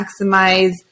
maximize